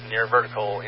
Near-vertical